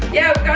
yeah,